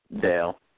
Dale